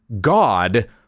God